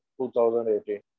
2018